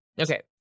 Okay